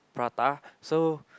prata so